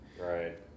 Right